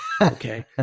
Okay